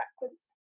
backwards